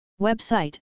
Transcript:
Website